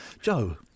Joe